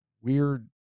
weird